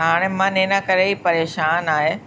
त हाणे मन इन करे ई परेशानु आहे